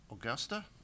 Augusta